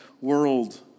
world